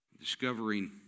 discovering